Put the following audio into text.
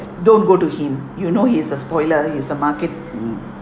don't go to him you know he's a spoiler he's a market mm